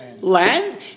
Land